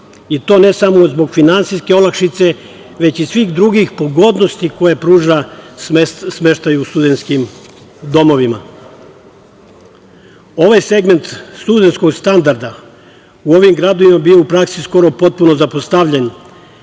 i to ne samo zbog finansijske olakšice, već i svih drugih pogodnosti koje pruža smeštaj u studenskim domovima. Ovaj segment studenskog standarda u ovim gradovima bio je u praksi skoro potpuno zapostavljen,